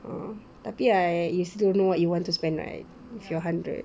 uh tapi I you still don't know what you want to spend right with your hundred